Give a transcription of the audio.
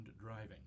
driving